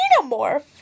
xenomorph